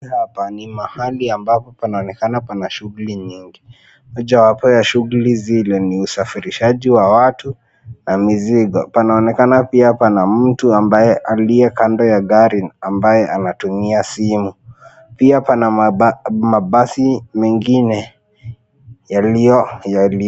Hapa ni mahali ambapo panaonekana pana shughuli nyingi. Mojawapo wa shughuli zile ni usafirishaji wa watu na mizigo. Panaonekana pia pana mtu ambaye aliye kando ya gari ambaye anatumia simu. Pia pana mabasi mengine.